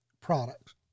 products